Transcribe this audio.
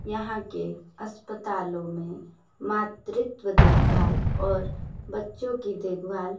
यहाँ के अस्पतालों में मातृत्व देखभाल और बच्चों की देखभाल